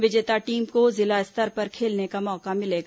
विजेता टीमों को जिला स्तर पर खेलने का मौका मिलेगा